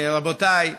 רבותיי,